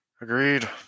Agreed